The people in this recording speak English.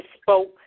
spoke